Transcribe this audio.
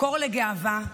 מקור לגאווה,